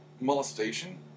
molestation